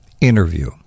interview